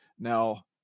Now